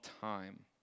time